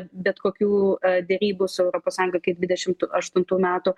bet kokių derybų su europos sąjunga iki dvidešimt aštuntų metų